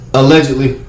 allegedly